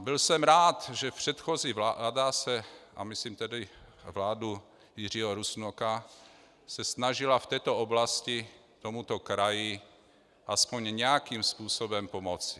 Byl jsem rád, že se předchozí vláda se myslím tedy vládu Jiřího Rusnoka snažila v této oblasti tomuto kraji aspoň nějakým způsobem pomoci.